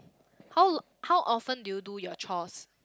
how lo~ how often do you do your chores